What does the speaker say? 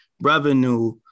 revenue